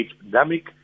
pandemic